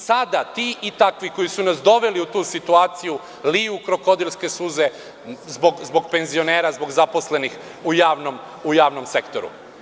Sada, ti i takvi koji su nas doveli u tu situaciju, liju krokodilske suze zbog penzionera i zaposlenih u javnom sektoru.